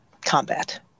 combat